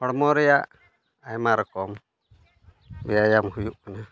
ᱦᱚᱲᱢᱚ ᱨᱮᱭᱟᱜ ᱟᱭᱢᱟ ᱨᱚᱠᱚᱢ ᱵᱮᱭᱟᱢ ᱦᱩᱭᱩᱜ ᱠᱟᱱᱟ